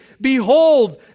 Behold